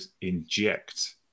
inject